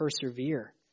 persevere